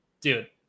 dude